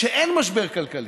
כשאין משבר כלכלי.